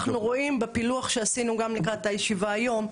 אנחנו רואים בפילוח שעשינו גם לקראת הישיבה היום,